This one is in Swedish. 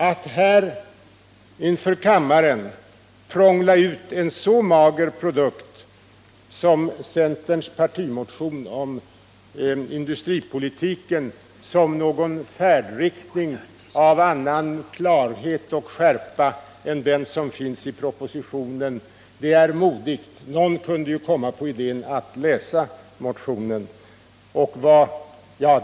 Att inför kammaren prångla ut en så mager produkt som centerns partimotion om industripolitiken som ett angivande av färdriktningen av annan klarhet och skärpa än den som finns i propositionen är modigt — någon kunde ju komma på idén att läsa motionen.